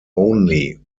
only